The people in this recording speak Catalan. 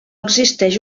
existeix